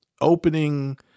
Opening